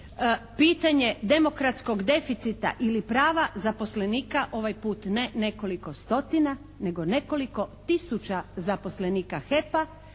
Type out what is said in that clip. pitanje demokratskog deficita ili prava zaposlenika, ovaj put ne nekoliko stotina, nego nekoliko tisuća zaposlenika HEP-a